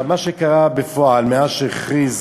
מה שקרה בפועל מאז הכריז